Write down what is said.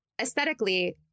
aesthetically